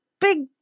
big